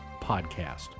podcast